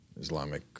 Islamic